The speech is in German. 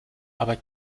aber